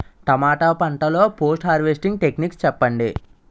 టమాటా పంట లొ post harvesting techniques చెప్పండి?